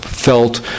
felt